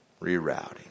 rerouting